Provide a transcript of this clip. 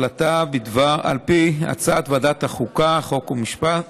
על פי הצעת ועדת החוקה, חוק ומשפט,